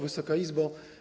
Wysoka Izbo!